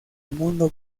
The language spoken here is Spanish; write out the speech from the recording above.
mundo